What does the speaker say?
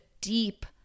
deep